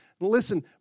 Listen